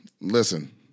listen